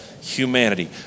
humanity